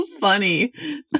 Funny